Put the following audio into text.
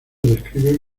describe